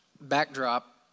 backdrop